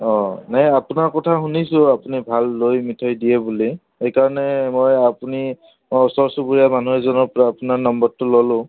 অঁ নাই আপোনাৰ কথা শুনিছোঁ আপুনি ভাল লৈ মিঠৈ দিয়ে বুলি সেইকাৰণে মই আপুনি ওচৰ চুবুৰীয়া মানুহ এজনৰ পৰা আপোনাৰ নম্বৰটো ল'লোঁ